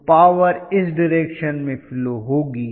तो पावर इस डिरेक्शन में फ्लो होगी